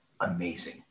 amazing